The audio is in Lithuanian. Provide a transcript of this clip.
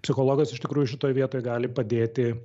psichologas iš tikrųjų šitoj vietoj gali padėti